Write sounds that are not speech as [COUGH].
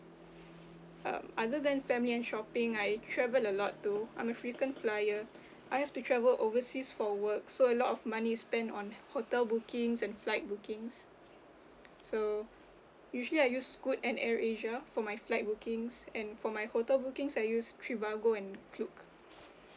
uh other than family and shopping I travel a lot too I'm frequent flyer [BREATH] I have to travel overseas for work so a lot of money spent on hotel bookings and flight bookings so usually I use scoot and Air Asia for my flight bookings and for my hotel bookings I use Trivago and Klook